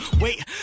wait